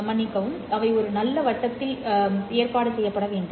மன்னிக்கவும் அவை ஒரு நல்ல வட்டத்தில் ஏற்பாடு செய்யப்பட வேண்டும்